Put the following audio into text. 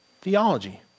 Theology